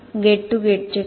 gate to गेटचे काय